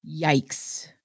Yikes